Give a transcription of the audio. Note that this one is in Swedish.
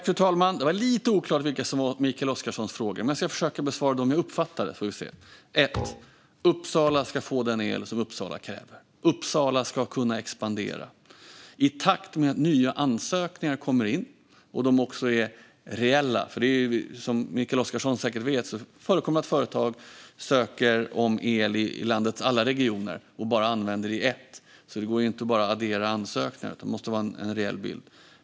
Fru talman! Det var lite oklart vilka som var Mikael Oscarssons frågor, men jag ska försöka besvara dem jag uppfattade, så får vi se. För det första ska Uppsala få den el som Uppsala kräver. Uppsala ska kunna expandera. Kapaciteten kommer att byggas ut i takt med att nya ansökningar inkommer, om de är reella. Som Mikael Oscarsson säkert vet förekommer det att företag ansöker om el i landets alla regioner men bara använder el i en av dem. Det går alltså inte att bara addera ansökningar, utan det måste vara en reell bild.